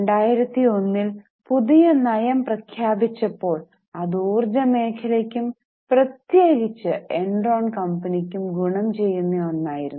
2001ൽ പുതിയ നയം പ്രഖ്യാപിച്ചപ്പോൾ അത് ഊർജ മേഖലക്കും പ്രത്യേകിച്ച് എൻറോൺ കമ്പനിക്കും ഗുണം ചെയ്യുന്ന ഒന്നായിരുന്നു